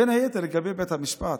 בין היתר לגבי בית המשפט.